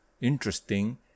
interesting